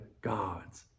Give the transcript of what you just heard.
God's